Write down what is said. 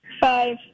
Five